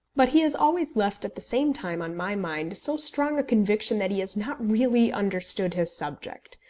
but he has always left at the same time on my mind so strong a conviction that he has not really understood his subject,